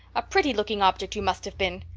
a pretty-looking object you must have been!